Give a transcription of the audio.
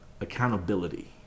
Accountability